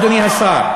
אדוני השר.